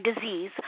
disease